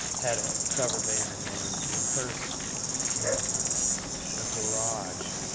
had a cover band. and they would rehearse in a garage.